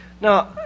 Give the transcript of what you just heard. Now